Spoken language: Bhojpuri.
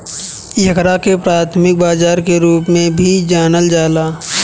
एकरा के प्राथमिक बाजार के रूप में भी जानल जाला